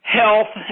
health